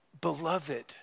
beloved